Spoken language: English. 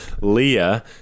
Leah